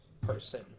person